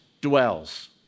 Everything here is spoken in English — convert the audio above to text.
dwells